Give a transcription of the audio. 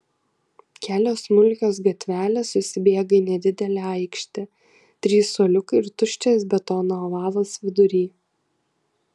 kelios smulkios gatvelės susibėga į nedidelę aikštę trys suoliukai ir tuščias betono ovalas vidury